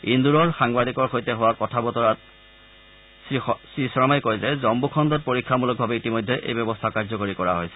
ইন্দোৰৰ সাংবাদিকৰ সৈতে হোৱা কথা বতৰাত শ্ৰীশৰ্মহি কয় যে জম্ম খণ্ডত পৰীক্ষামলকভাৱে ইতিমধ্যে এই ব্যৱস্থা কাৰ্যকৰী কৰা হৈছে